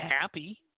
happy